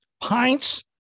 pints